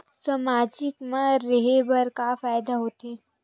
सामाजिक मा रहे बार का फ़ायदा होथे?